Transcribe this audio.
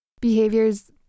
behaviors